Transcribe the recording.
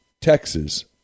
Texas